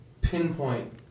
pinpoint